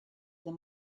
them